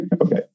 Okay